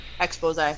expose